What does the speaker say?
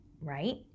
right